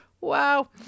Wow